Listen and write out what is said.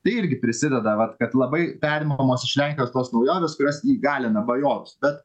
tai irgi prisideda vat kad labai perimamos iš lenkijos tos naujovės kurios įgalina bajorus bet